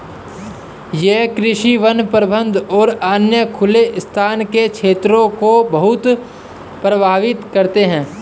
ये कृषि, वन प्रबंधन और अन्य खुले स्थान के क्षेत्रों को बहुत प्रभावित करते हैं